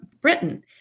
Britain